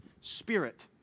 Spirit